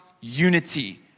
unity